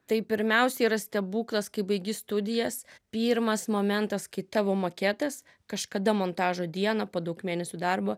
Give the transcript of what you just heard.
tai pirmiausia yra stebuklas kai baigi studijas pirmas momentas kai tavo maketas kažkada montažo dieną po daug mėnesių darbo